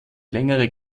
längere